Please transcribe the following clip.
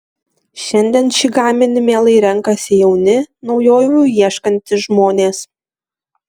šiandien šį gaminį mielai renkasi jauni naujovių ieškantys žmonės